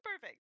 perfect